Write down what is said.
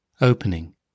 opening